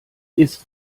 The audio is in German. ist